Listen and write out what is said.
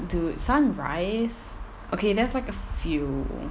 dude sunrise okay there's like a few